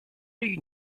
l’œil